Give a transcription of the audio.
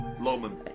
Loman